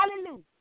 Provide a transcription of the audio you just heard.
Hallelujah